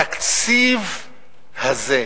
התקציב הזה,